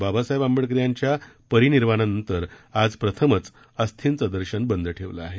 बाबासाहेब आंबेडकर यांच्या परिनिर्वाणानंतर आज प्रथमच अस्थींचे दर्शन बंद ठेवलं आहे